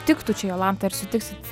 tiktų čia jolanta ir sutiksit